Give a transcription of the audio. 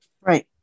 Right